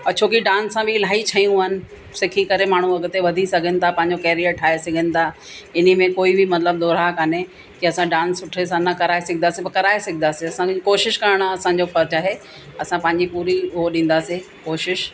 छो की डांस सां बि इलाही शयूं आहिनि सिखी करे माण्हू अॻिते वधी सघनि था पंहिंजो कैरियर ठाहे सघनि था इन्ही में कोई बि मतिलबु दो राह कान्हे की असां डांस सुठे सां न कराए सघंदासीं बि कराए सघंदासि असांखे कोशिशि करिणा असांजो फ़र्ज़ु आहे असां पंहिंजी पूरी हो ॾींदासीं कोशिशि